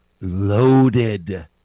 loaded